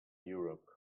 europe